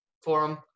Forum